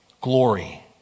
Glory